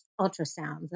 ultrasounds